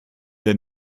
der